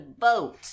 vote